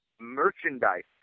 merchandise